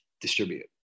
distribute